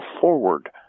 forward